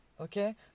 okay